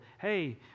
hey